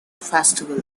festival